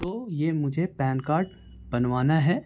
تو یہ مجھے پین کارڈ بنوانا ہے